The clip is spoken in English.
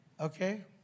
Okay